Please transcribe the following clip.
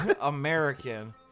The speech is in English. American